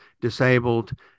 disabled